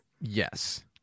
yes